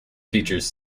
features